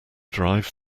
drive